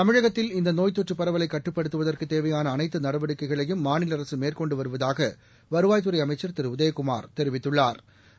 தமிழகத்தில் இந்த நோய் தொற்று பரவலை கட்டுப்படுத்துவதற்கு தேவையான அனைத்து நடவடிக்கைகளையும் மாநில அரசு மேற்கொண்டு வருவதாக வருவாய்த்துறை அமைச்சா் திரு உதயகுமாா் தெரிவித்துள்ளா்